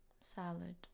Salad